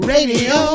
Radio